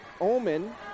Omen